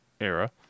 era